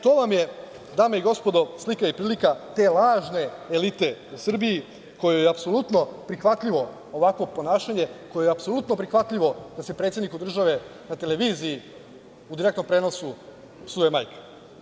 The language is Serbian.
To vam je dame i gospodo, slika i prilika te lažne elite u Srbiji kojoj je apsolutno prihvatljivo ovakvo ponašanje, kojoj je apsolutno prihvatljivo da se predsedniku države na televiziji u direktnom prenosu psuje majka.